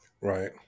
Right